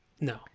No